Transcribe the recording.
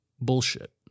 bullshit